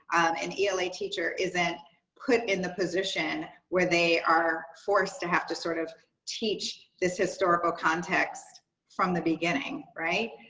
an ela teacher isn't put in the position where they are forced to have to sort of teach this historical context from the beginning. julye,